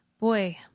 Boy